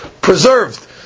preserved